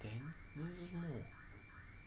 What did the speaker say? then then 要做么